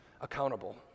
accountable